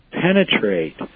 penetrate